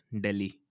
Delhi